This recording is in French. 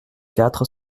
quatre